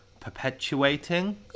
perpetuating